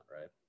right